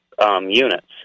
units